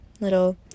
little